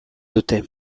dute